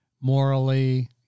morally